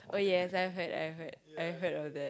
oh yes I've heard I heard I heard of that